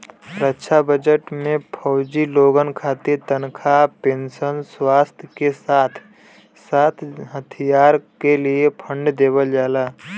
रक्षा budget में फौजी लोगन खातिर तनखा पेंशन, स्वास्थ के साथ साथ हथियार क लिए फण्ड देवल जाला